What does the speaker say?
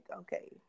okay